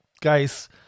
guys